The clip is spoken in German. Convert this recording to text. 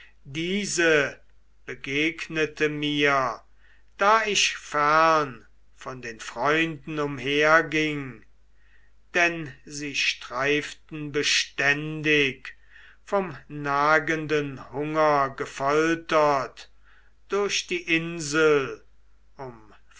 diese begegnete mir da ich fern von den freunden umherging denn sie streiften beständig vom nagenden hunger gefoltert durch die insel